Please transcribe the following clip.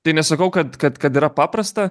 tai nesakau kad kad kad yra paprasta